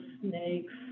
snakes